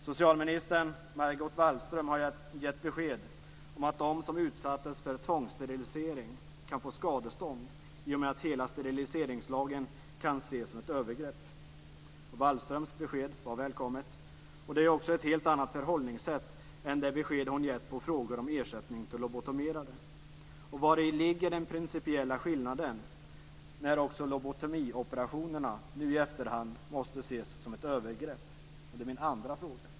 Socialminister Margot Wallström har givit besked om att de som utsattes för tvångssterilisering kan få skadestånd i och med att hela steriliseringslagen kan ses som ett övergrepp. Wallströms besked var välkommet. Det är ett helt annat förhållningssätt än i fråga om det besked hon har givit på frågor om ersättning till lobotomerade. Vari ligger den principiella skillnaden när också lobotomioperationerna nu i efterhand måste ses som ett övergrepp? Det är min andra fråga.